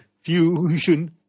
Fusion